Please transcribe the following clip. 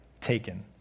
taken